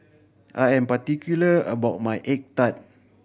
I am particular about my egg tart